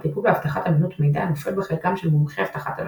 הטיפול בהבטחת אמינות מידע נופל בחלקם של מומחי אבטחת המידע.